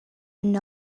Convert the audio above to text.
and